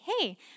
hey